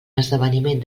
esdeveniment